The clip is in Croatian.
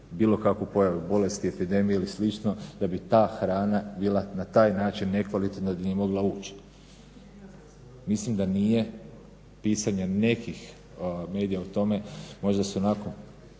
bilo kakvu pojavu bolesti, epidemije ili slično da bi ta hrana bila na taj način nekvalitetna da nije mogla ući. Mislim da nije pisanje nekih medija o tome možda su onako